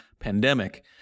pandemic